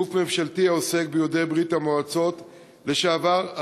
גוף ממשלתי העוסק ביהודי ברית-המועצות לשעבר,